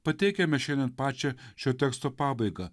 pateikiame šiandien pačią šio teksto pabaigą